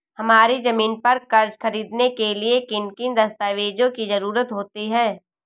हमारी ज़मीन पर कर्ज ख़रीदने के लिए किन किन दस्तावेजों की जरूरत होती है?